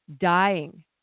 dying